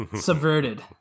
Subverted